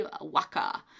Waka